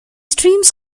streams